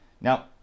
Now